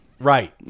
Right